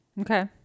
Okay